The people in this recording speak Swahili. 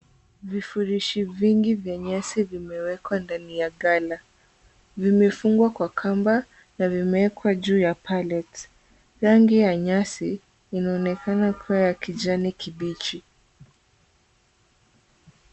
Vifurishi vingi vya nyasi vimewekwa ndani ya ghala. Vimefungwa kwa kamba na vimewekwa juu ya pallet . Rangi ya nyasi inaonekana kuwa ya kijani kibichi.